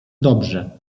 dobrze